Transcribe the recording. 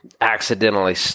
accidentally